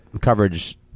coverage